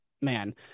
man